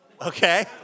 Okay